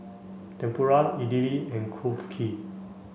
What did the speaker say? Tempura Idili and Kulfi